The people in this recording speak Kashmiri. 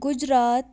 گُجرات